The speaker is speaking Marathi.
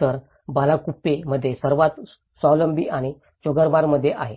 आणि बालाकुप्पे मध्ये सर्वात स्वावलंबी आणि चोगलमसार आहे